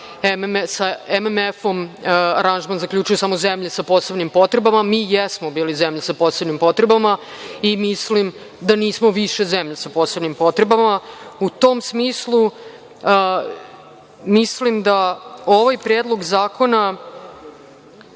sa MMF-om aranžman zaključuje samo zemlja sa posebnim potrebama. Mi jesmo bili zemlja sa posebnim potrebama i mislim da nismo više zemlja sa posebnim potrebama.U tom smislu mislim da ovaj Predlog zakona